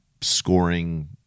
scoring